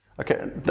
Okay